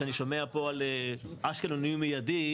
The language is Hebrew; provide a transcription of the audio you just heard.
כשאני שומע פה על אשקלון איום מיידי,